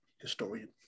historian